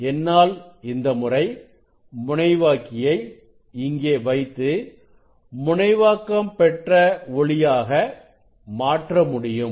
என்னால் இந்த முறை முனைவாக்கியை இங்கே வைத்து முனைவாக்கம் பெற்ற ஒளியாக மாற்ற முடியும்